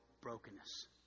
brokenness